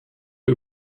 der